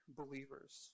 believers